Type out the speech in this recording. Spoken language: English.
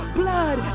blood